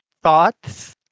thoughts